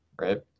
Right